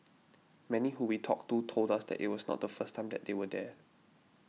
many who we talked to told us that it was not the first time that they were there